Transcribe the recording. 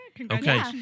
Okay